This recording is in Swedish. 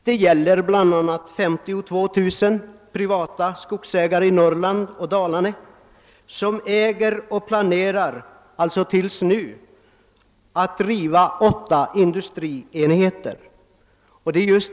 Det gäller bl.a. 52 000 privata skogsägare i Norrland och Dalarna som äger och planerar att driva åtta industrienheter.